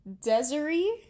Desiree